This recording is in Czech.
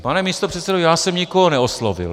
Pane místopředsedo, já jsem nikoho neoslovil.